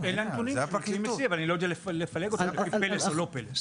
אלה הנתונים אבל אני לא יודע לפלג אותם "פלס" או לא "פלס".